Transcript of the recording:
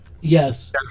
Yes